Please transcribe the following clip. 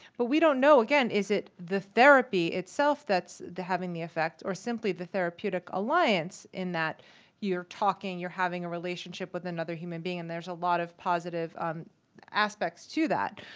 but we don't know, again, is it the therapy itself that's having the effect or simply the therapeutic alliance, in that you're talking, you're having a relationship with another human being, and there's a lot of positive aspects to that.